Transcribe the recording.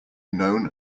known